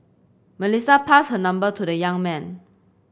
Melissa passed her number to the young man